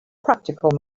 practical